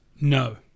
No